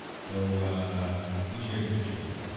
so we shared you should share too.